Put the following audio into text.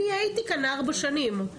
אני הייתי כאן ארבע שנים,